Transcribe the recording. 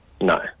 No